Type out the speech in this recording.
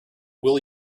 will